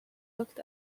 looked